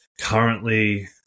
currently